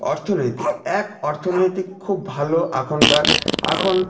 অর্থনৈতিক এক অর্থনৈতিক খুব ভালো এখনকার এখন